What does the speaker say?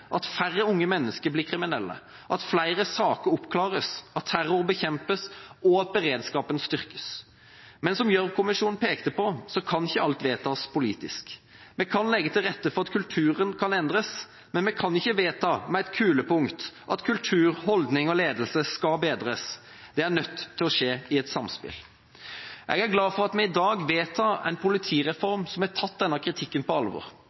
at færre unge mennesker blir kriminelle, at flere saker oppklares, at terror bekjempes, og at beredskapen styrkes. Men som Gjørv-kommisjonen pekte på, kan ikke alt vedtas politisk. Vi kan legge til rette for at kulturen kan endres, men vi kan ikke vedta med et kulepunkt at kultur, holdninger og ledelse skal bedres – det er nødt til å skje i et samspill. Jeg er glad for at vi i dag vedtar en politireform som har tatt denne kritikken på alvor,